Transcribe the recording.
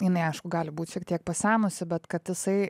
jinai aišku gali būt šiek tiek pasenusi bet kad jisai